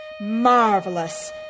marvelous